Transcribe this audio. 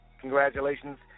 congratulations